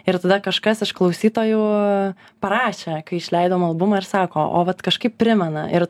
ir tada kažkas iš klausytojų parašė kai išleidom albumą ir sako o vat kažkaip primena ir